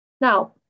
Now